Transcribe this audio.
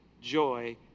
joy